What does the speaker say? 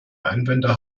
einwände